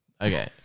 Okay